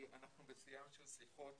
כי אנחנו בשיאן של שיחות,